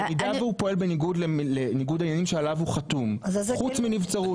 במידה והוא פועל בניגוד לניגוד העניינים שעליו הוא חתום חוץ מנבצרות.